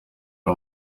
ari